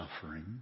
suffering